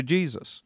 Jesus